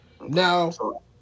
Now